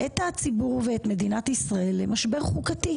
את הציבור ואת מדינת ישראל למשבר חוקתי.